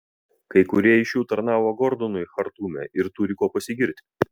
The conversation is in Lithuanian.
kai kurie iš jų tarnavo gordonui chartume ir turi kuo pasigirti